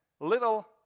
little